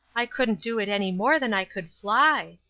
i couldn't do it any more than i could fly.